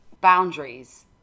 boundaries